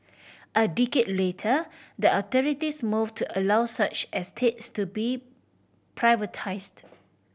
a decade later the authorities move to allow such estates to be privatised